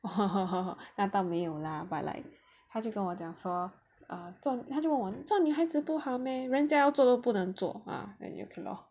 那倒没有 lah but like 他就跟我讲说 err 做他就问我做女孩子不好 meh 人家要做都不能做 ah then 就 okay lor